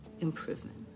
improvement